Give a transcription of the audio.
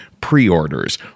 pre-orders